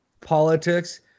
politics